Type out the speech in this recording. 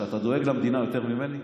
שאתה דואג למדינה יותר ממני?